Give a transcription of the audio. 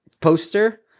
poster